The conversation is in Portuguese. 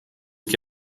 que